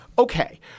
Okay